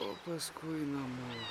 o paskui namo